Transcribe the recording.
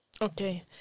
Okay